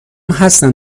هستن